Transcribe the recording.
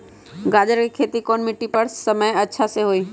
गाजर के खेती कौन मिट्टी पर समय अच्छा से होई?